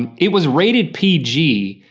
and it was rated pg.